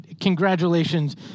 congratulations